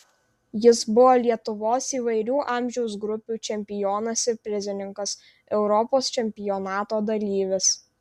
jis buvo lietuvos įvairių amžiaus grupių čempionas ir prizininkas europos čempionato dalyvis